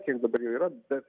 kiek dabar jų yra bet